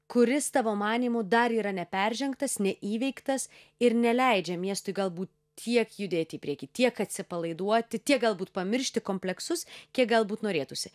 kuris tavo manymu dar yra neperžengtas neįveiktas ir neleidžia miestui galbūt tiek judėti į priekį tiek atsipalaiduoti tiek galbūt pamiršti kompleksus kiek galbūt norėtųsi